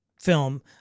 film